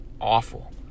awful